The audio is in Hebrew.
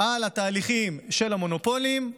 על התהליכים של המונופולים,